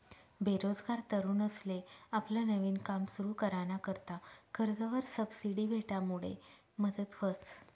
बेरोजगार तरुनसले आपलं नवीन काम सुरु कराना करता कर्जवर सबसिडी भेटामुडे मदत व्हस